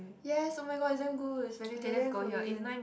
yes oh my god it's damn good it's vegetarian Korean